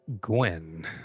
Gwen